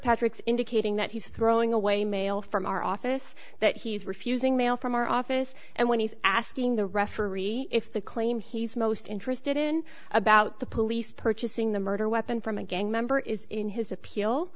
patrick indicating that he's throwing away mail from our office that he's refusing mail from our office and when he's asking the referee if the claim he's most interested in about the police purchasing the murder weapon from a gang member is in his appeal